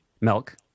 Milk